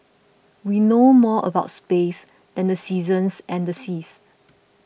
we know more about space than the seasons and the seas